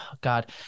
God